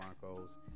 Broncos